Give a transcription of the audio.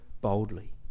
boldly